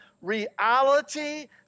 reality